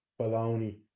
baloney